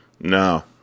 No